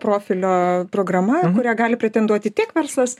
profilio programa kurią gali pretenduoti tiek verslas